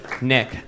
Nick